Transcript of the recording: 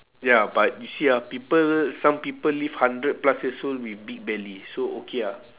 ya but you see ah people some people live hundred plus years old with big belly so okay ah